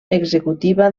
executiva